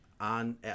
on